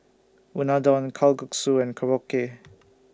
Unadon Kalguksu and Korokke